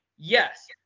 Yes